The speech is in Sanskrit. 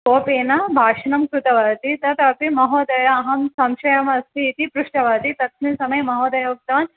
कोपेन भाषणं कृतवती तदपि महोदया अहं संशयमस्ति इति पृष्टवती तस्मिन् समये महोदय उक्तवान्